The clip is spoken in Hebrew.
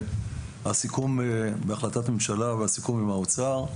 שהסיכום בהחלטת ממשלה והסיכום עם האוצר,